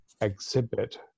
exhibit